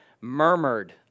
murmured